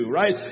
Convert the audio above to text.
right